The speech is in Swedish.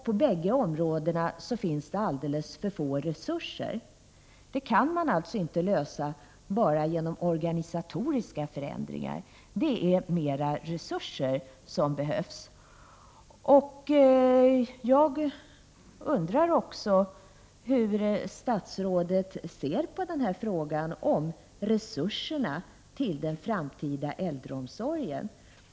På bägge områdena finns det alldeles för små resurser. Det kan man inte lösa bara genom organisatoriska förändringar. Det är mera resurser som behövs. Jag undrar också hur statsrådet ser på frågan om resurserna till den framtida äldreomsorgen.